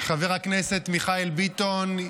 חבר הכנסת מיכאל ביטון,